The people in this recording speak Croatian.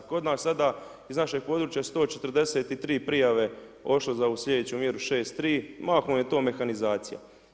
Kod nas sada iz našeg područja 143 prijave otišlo za ovu slijedeću mjeru 6.3, mahom je to mehanizacija.